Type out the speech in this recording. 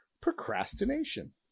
Procrastination